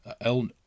El